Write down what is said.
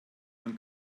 und